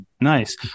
Nice